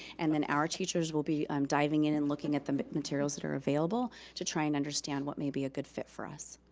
and then our teachers will be um diving in, and looking at the materials that are available to try and understand what may be a good fit for us.